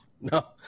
No